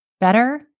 better